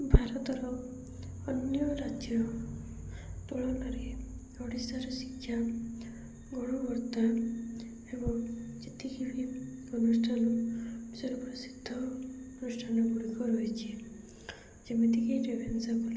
ଭାରତର ଅନ୍ୟ ରାଜ୍ୟ ତୁଳନାରେ ଓଡ଼ିଶାର ଶିକ୍ଷା ଗୁଣବତ୍ତା ଏବଂ ଯେତିକି ବି ଅନୁଷ୍ଠାନ ବିଷୟରେ ପ୍ରସିଦ୍ଧ ଅନୁଷ୍ଠାନ ଗୁଡ଼ିକ ରହିଛି ଯେମିତିକି ରେଭେନ୍ସା କଲେଜ୍